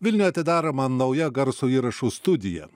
vilniuje atidaroma nauja garso įrašų studija